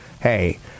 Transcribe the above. Hey